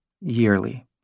yearly